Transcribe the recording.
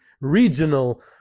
regional